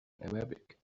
arabic